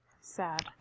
Sad